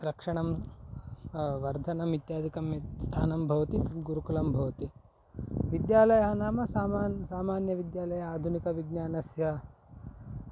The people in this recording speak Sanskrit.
रक्षणं वर्धनम् इत्यादिकं यत्स्थानं भवति गुरुकुलं भवति विद्यालयः नाम सामान्यं सामान्यविद्यालयः आधुनिकविज्ञानस्य